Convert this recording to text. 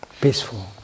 peaceful